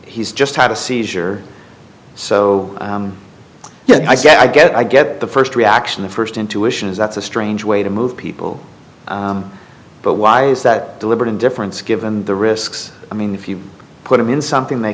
he's just had a seizure so yeah i guess i get i get the first reaction the first intuition is that's a strange way to move people but why is that deliberate indifference given the risks i mean if you put them in something they